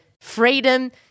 freedom